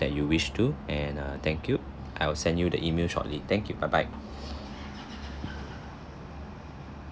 that you wish to and err thank you I will send you the email shortly thank you bye bye